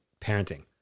parenting